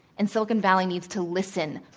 and silicon valley needs to listen